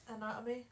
Anatomy